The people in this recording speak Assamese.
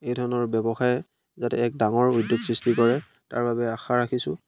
এই ধৰণৰ ব্যৱসায় যাতে এক ডাঙৰ উদ্যোগ সৃষ্টি কৰে তাৰ বাবে আশা ৰাখিছোঁ